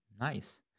Nice